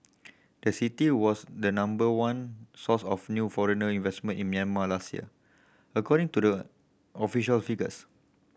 the city was the number one source of new foreigner investment in Myanmar last year according to the official figures